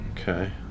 Okay